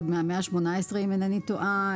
עוד מהמאה ה-18 אם אינני טועה,